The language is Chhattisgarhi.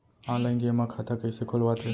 ऑनलाइन जेमा खाता कइसे खोलवाथे?